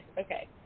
Okay